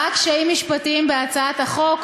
ראה קשיים משפטיים בהצעת החוק.